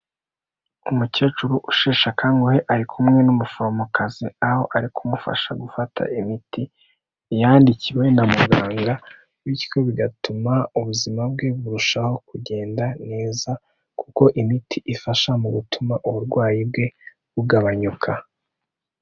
Umukecuru usheshe akanguhe ari kumwe n'umuforomokazi, aho ari kumufasha gufata imiti yandikiwe na muganga, bityo bigatuma ubuzima bwe burushaho kugenda neza, kuko imiti ifasha mu gutuma uburwayi bwe bugabanyuka.